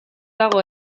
dago